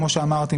כמו שאמרתי,